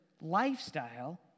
lifestyle